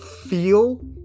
feel